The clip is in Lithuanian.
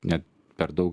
ne per daug